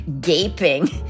gaping